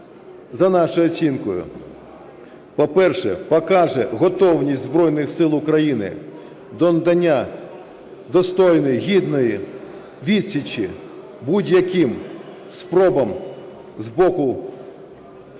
за нашою оцінкою, по-перше, покаже готовність Збройних Сил України до надання достойної, гідної відсічі будь-яким спробам з боку